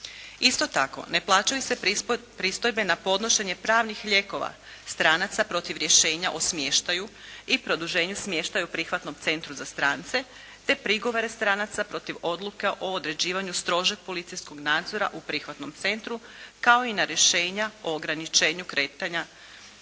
Isto tako ne plaćaju se pristojbe na podnošenje pravnih lijekova stranaca protiv rješenja o smještaju i produženju smještaja u prihvatnom centru za strance te prigovore stranaca protiv odluka o određivanju strožeg policijskog nadzora u prihvatnom centru kao i na rješenja o ograničenju kretanja